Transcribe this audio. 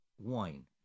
wine